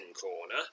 corner